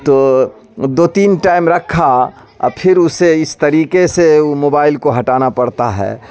تو دو تین ٹائم رکھا اور پھر اسے اس طریقے سے موبائل کو ہٹانا پڑتا ہے